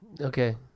Okay